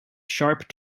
sharp